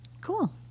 Cool